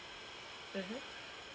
mmhmm